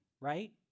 right